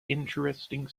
interesting